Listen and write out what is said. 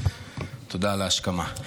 תודה על ההשכמה.